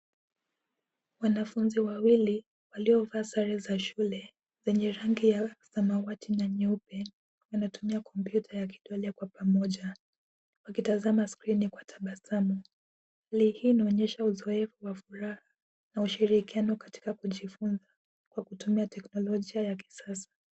Wanafunzi wawili waliovaa sare za shule zenye rangi ya samawati na nyeupe, wanatumia kompyuta ya kidole kwa pamoja wakitazama skrini kwa tabasamu. Hali hii inaonyesha uzoefu wa furaha na ushirikiano katika kujifunza kwa kutumia teknolojia ya kisasa.